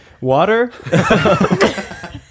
water